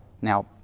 Now